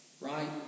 right